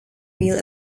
wheel